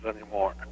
anymore